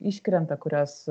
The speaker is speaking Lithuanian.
iškrenta kurios